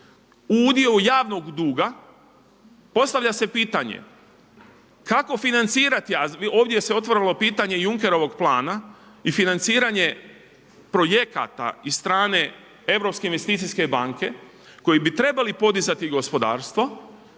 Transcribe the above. u udio javnog duga. Postavlja se pitanje, kako financirati? A ovdje se otvaralo pitanje Junckerovog plana i financiranje projekata i strane Europske investicijske banke koji bi trebali podizati gospodarstvo